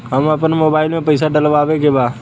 हम आपन मोबाइल में पैसा डलवावे के बा?